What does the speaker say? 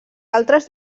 altres